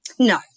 No